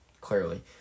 clearly